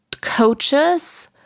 coaches